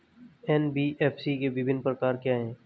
NBFC के विभिन्न प्रकार क्या हैं?